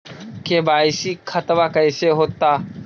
KYC खतबा कैसे होता?